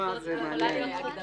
הזמניות הזאת יכולה להיות חוקית?